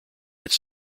its